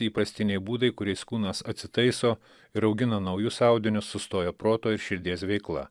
įprastiniai būdai kuriais kūnas atsitaiso ir augina naujus audinius sustoja proto ir širdies veikla